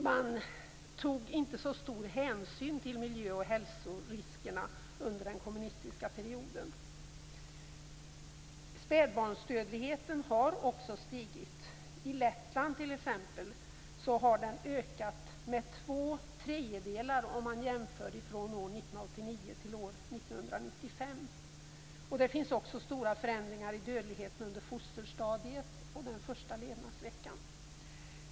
Man tog inte så stor hänsyn till miljö och hälsoriskerna under den kommunistiska perioden. Spädbarnsdödligheten har stigit. I Lettland har den ökat med två tredjedelar vid en jämförelse från år 1989 till år 1995. Det finns också stora förändringar i dödligheten under fosterstadiet och den första levnadsveckan.